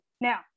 Now